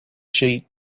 sheet